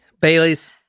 Bailey's